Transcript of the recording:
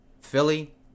Philly